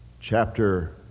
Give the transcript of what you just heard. Chapter